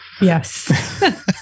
Yes